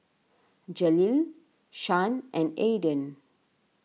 Jaleel Shan and Aydan